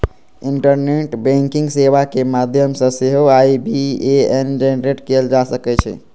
internet banking सेवा के माध्यम सं सेहो आई.बी.ए.एन जेनरेट कैल जा सकै छै